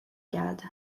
geldi